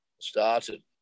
started